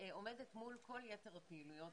עומדת מול כל יתר הפעילויות